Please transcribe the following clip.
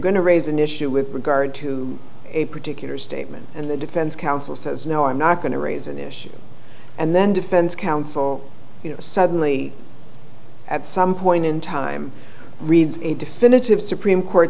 to raise an issue with regard to a particular statement and the defense counsel says no i'm not going to raise an issue and then defense counsel suddenly at some point in time reads a definitive supreme court